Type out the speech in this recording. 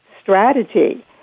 strategy